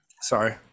sorry